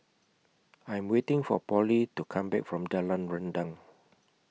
I Am waiting For Polly to Come Back from Jalan Rendang